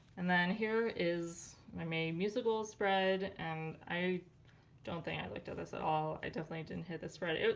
and then here is my may music goals spread and i don't think i looked at this at all i definitely didn't hit this spread.